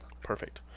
Perfect